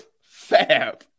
Fab